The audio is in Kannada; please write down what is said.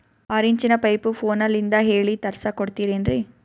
ಆರಿಂಚಿನ ಪೈಪು ಫೋನಲಿಂದ ಹೇಳಿ ತರ್ಸ ಕೊಡ್ತಿರೇನ್ರಿ?